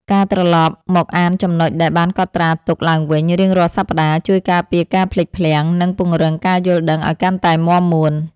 ការត្រឡប់មកអានចំណុចដែលបានកត់ត្រាទុកឡើងវិញរៀងរាល់សប្ដាហ៍ ជួយការពារការភ្លេចភ្លាំង និងពង្រឹងការយល់ដឹងឱ្យកាន់តែមាំមួន។